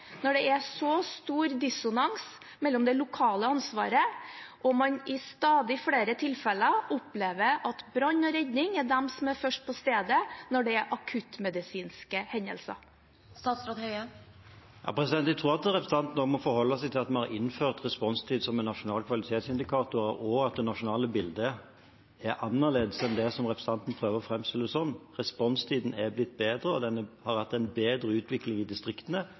når det er så stor dissonans med tanke på det lokale ansvaret, og man i stadig flere tilfeller opplever at brann og redning er de som er først på stedet ved akuttmedisinske hendelser? Jeg tror representanten må forholde seg til at vi har innført responstid som en nasjonal kvalitetsindikator, og at det nasjonale bildet er annerledes enn det representanten prøver å framstille det som. Responstiden er blitt bedre, og det har vært en bedre utvikling i distriktene